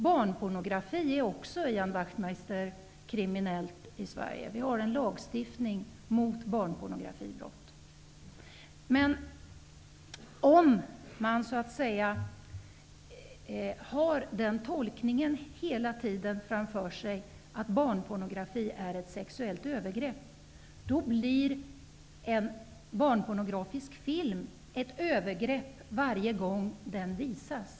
Barnpornografi är också, Ian Wachtmeister, kriminellt i Sverige. Vi har en lagstiftning mot barnpornografibrott. Om man har den tolkningen framför sig hela tiden, dvs. att barnpornografi är ett sexuellt övergrepp, blir en barnpornografisk film ett övergrepp varje gång den visas.